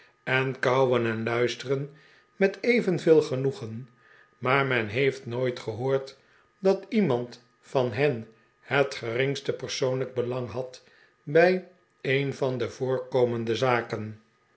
en kauwen en luisteren met evenveel genoegen maar men heeft nooit gehoord dat iemand van hen het geringste persoonlijke belang had bij een van de voorkomende zaken